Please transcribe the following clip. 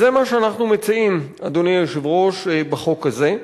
זה מה שאנחנו מציעים, אדוני היושב-ראש, בחוק הזה.